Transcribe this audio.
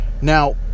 now